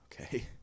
Okay